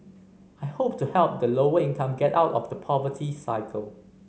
I hope to help the lower income get out of the poverty cycle